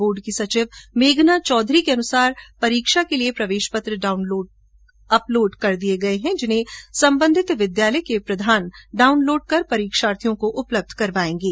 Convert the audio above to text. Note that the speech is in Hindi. बोर्ड की सचिव मेघना चौधरी के अनुसार परीक्षा के लिये प्रवेश पत्र अपलोड कर दिये गये हैं जिन्हें संम्बन्धित विद्यालय के प्रधान डाउनलोड कर परीक्षार्थियों को उपलब्य करायेंगे